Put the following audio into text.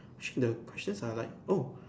shit the questions are like oh